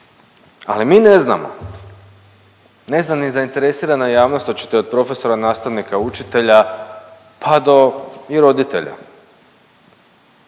ali mi ne znamo. Ne zna ni zainteresirana javnost hoćete od profesora, nastavnika, učitelja pa do i roditelja.